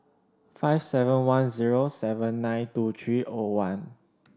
five seven one zero seven nine two three O one